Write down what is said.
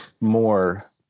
more